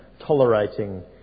tolerating